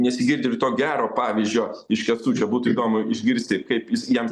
nesigirdi ir to gero pavyzdžio iš kęstučio būtų įdomu išgirsti kaip jis jam